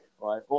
right